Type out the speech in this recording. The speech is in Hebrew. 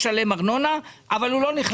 משלם ארנונה, כמו שאלי דלל אומר, אבל הוא לא נכלל.